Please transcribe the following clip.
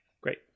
Great